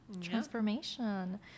transformation